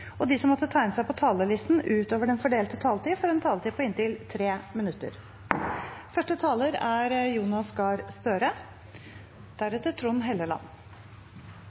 og de som måtte tegne seg på talerlisten utover den fordelte taletid, får en taletid på inntil 3 minutter.